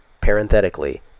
parenthetically